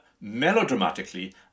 melodramatically